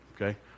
okay